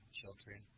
children